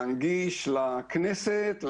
להנגיש לכנסת,